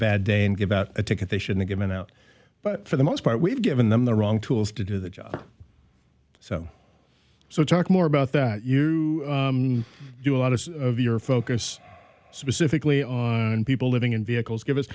bad day and give out a ticket they shouldn't given out but for the most part we've given them the wrong tools to do the job so so talk more about that you do a lot of your focus specifically on people living in vehicles